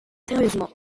sérieusement